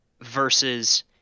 versus